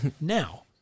now